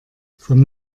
vom